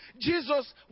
Jesus